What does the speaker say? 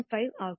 5 ஆகும்